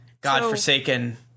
godforsaken